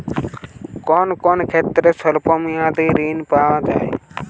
কোন কোন ক্ষেত্রে স্বল্প মেয়াদি ঋণ পাওয়া যায়?